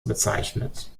bezeichnet